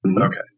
Okay